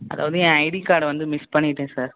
அதாவது என் ஐடி கார்டை வந்து மிஸ் பண்ணிட்டேன் சார்